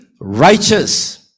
righteous